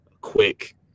quick